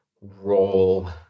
Roll